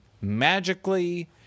magically